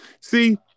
See